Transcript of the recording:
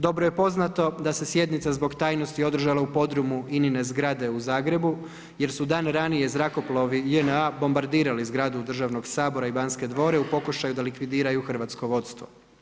Dobro je poznato da se sjednica zbog tajnosti održala u podrumu INA-ine zgrade u Zagrebu jer su dan ranije zrakoplovi JNA bombardirali zgradu državnog Sabora i Banske dvore u pokušaju da likvidiraju hrvatsko vodstvo.